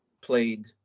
played